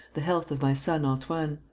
the health of my son antoine.